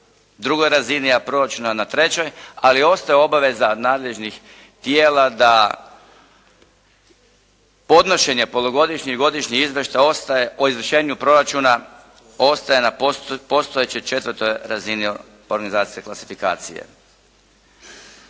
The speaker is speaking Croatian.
drugoj razini, a proračuna na trećoj. Ali ostaje obaveza nadležnih tijela da podnošenje polugodišnjih i godišnjih izvještaja ostaje o izvršenju proračuna ostaje na postojećoj četvrtoj razini organizacije i klasifikacije.